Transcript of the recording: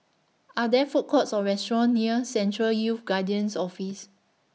Are There Food Courts Or restaurants near Central Youth Guidance Office